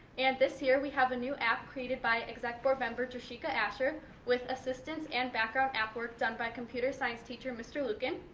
and this year, we have a new app created by exec board member, drashika asher, with assistance and background app work done by computer science teacher, mr. lueken.